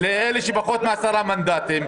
אתה עושה את החישוב לאלה שפחות מ-10 מנדטים,